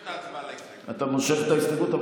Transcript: סליחה, אדוני, אני מושך את ההצבעה על ההסתייגות.